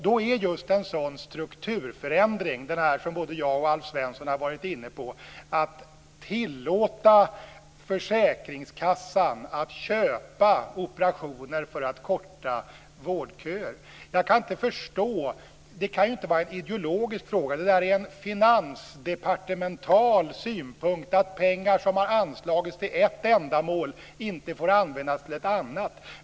Både jag och Alf Svensson har varit inne på en strukturförändring som skulle tillåta försäkringskassan att köpa operationer för att korta vårdköer. Det kan inte vara en ideologisk fråga. Det är en finansdepartemental synpunkt att pengar som har anslagits till ett ändamål inte får användas till ett annat.